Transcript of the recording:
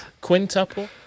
Quintuple